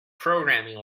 programming